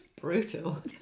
brutal